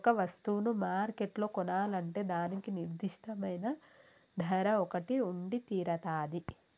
ఒక వస్తువును మార్కెట్లో కొనాలంటే దానికి నిర్దిష్టమైన ధర ఒకటి ఉండితీరతాది